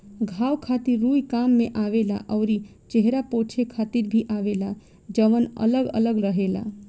घाव खातिर रुई काम में आवेला अउरी चेहरा पोछे खातिर भी आवेला जवन अलग अलग रहेला